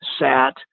sat